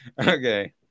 Okay